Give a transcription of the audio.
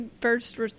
first